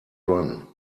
run